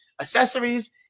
accessories